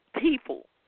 people